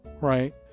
right